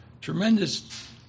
Tremendous